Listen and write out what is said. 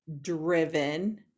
driven